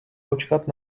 počkat